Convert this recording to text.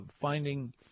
finding